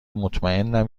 مطمئنم